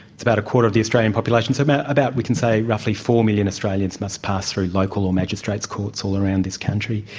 about a quarter of the australian population, so about about we can say roughly four million australians must pass through local or magistrates' courts all around this country.